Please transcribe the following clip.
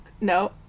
No